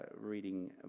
reading